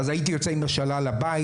ואז הייתי יוצא עם השלל הביתה,